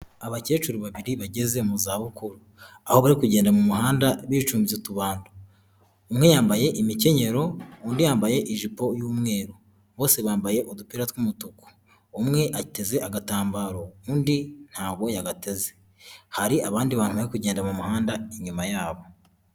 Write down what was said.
Abakecuru babiri bageze mu zabukuru, aho bari kugenda mu muhanda bicumbye utubando, umwe yambaye imikenyero undi yambaye ijipo y'umweru, bose bambaye udupira tw'umutuku, umwe ateze agatambaro, undi ntabwo yagateze, hari abandi bantu bari kugenda mu muhanda inyuma yabo.